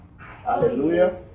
Hallelujah